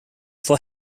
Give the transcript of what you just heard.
for